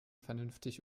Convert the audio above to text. vernünftig